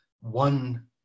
one